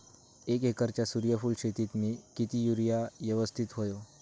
एक एकरच्या सूर्यफुल शेतीत मी किती युरिया यवस्तित व्हयो?